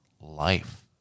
life